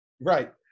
Right